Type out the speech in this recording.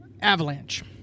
Avalanche